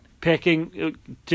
Picking